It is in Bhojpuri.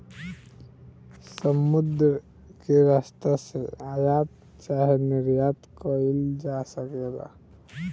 समुद्र के रस्ता से आयात चाहे निर्यात कईल जा सकेला